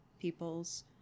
peoples